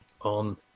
on